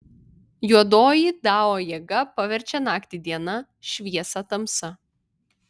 juodoji dao jėga paverčia naktį diena šviesą tamsa